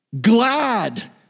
glad